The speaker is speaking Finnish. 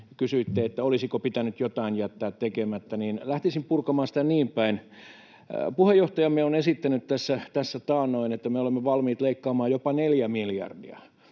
kysyitte, olisiko pitänyt jotain jättää tekemättä. Lähtisin purkamaan sitä näin päin: Puheenjohtajamme on esittänyt tässä taannoin, että me olemme valmiit leikkaamaan jopa 4 miljardia.